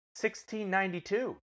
1692